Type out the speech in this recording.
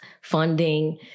funding